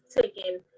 taking